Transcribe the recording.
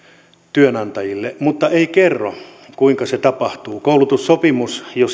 työnantajille mutta ei kerro kuinka se tapahtuu koulutussopimus jo